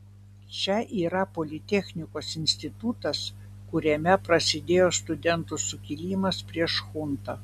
čia yra politechnikos institutas kuriame prasidėjo studentų sukilimas prieš chuntą